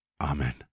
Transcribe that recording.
Amen